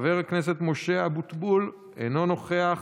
חבר הכנסת משה אבוטבול, אינו נוכח,